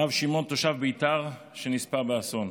הרב שמעון, תושב ביתר, נספה באסון.